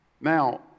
Now